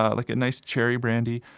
ah like a nice cherry brandy,